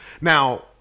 Now